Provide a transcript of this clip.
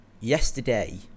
yesterday